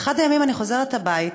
באחד הימים אני חוזרת הביתה,